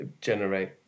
generate